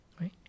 right